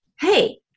hey